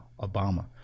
Obama